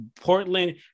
Portland